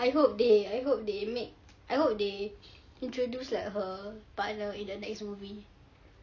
I hope they I hope they make I hope they introduce like her partner in the next movie